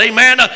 Amen